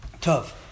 Tough